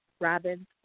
Robin's